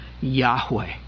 Yahweh